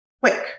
quick